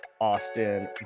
Austin